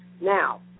Now